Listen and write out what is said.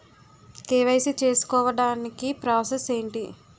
KYC చేసుకోవటానికి process ఏంటి?